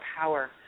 power